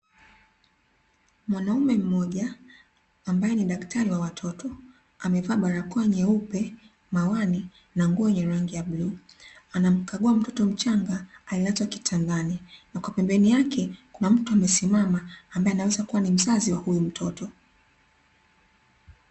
Mwanaume mmoja ambaye ni daktari wa watoto amevaa barako nyeupe, mawani na nguo yenye rangi ya bluu. Anamkagua mtoto mchanga aliyelazwa kitandani na kwa pembeni yake kuna mtu amesimama ambaye anaweza kuwa ni mzazi wa huyu mtoto.